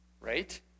right